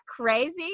crazy